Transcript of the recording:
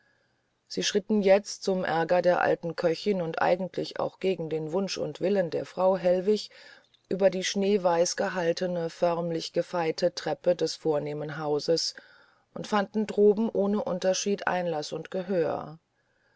sie schritten jetzt zum aerger der alten köchin und eigentlich auch gegen den wunsch und willen der frau hellwig über die schneeweiß gehaltene förmlich gefeite treppe des vornehmen hauses und fanden droben ohne unterschied einlaß und gehör